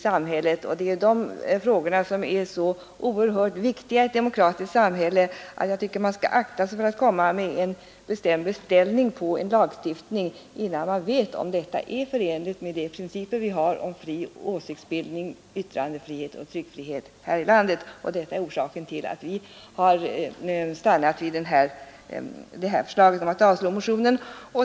Det är de frågorna som är så oerhört viktiga i ett demokratiskt samhälle att jag tycker att man bör akta sig för att komma med en bestämd beställning på en lagstiftning, innan man vet om denna är förenlig med de principer vi har här i landet om fri åsiktsbildning, yttrandefrihet och tryckfrihet. Detta är orsaken till att utskottet stannat vid förslaget att avslå motionen.